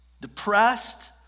depressed